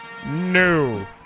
No